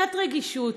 קצת רגישות,